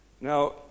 Now